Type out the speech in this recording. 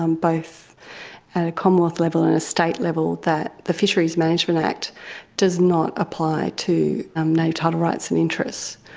um both at a commonwealth level and a state level, that the fisheries management act does not apply to um native title rights and interest.